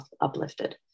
uplifted